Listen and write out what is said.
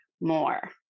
more